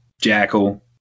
Jackal